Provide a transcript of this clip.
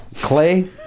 Clay